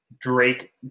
Drake